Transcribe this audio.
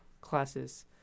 classes